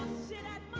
senate